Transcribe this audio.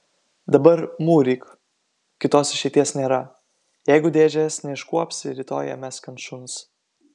dabar mūryk kitos išeities nėra jeigu dėžės neiškuopsi rytoj ją mesk ant šuns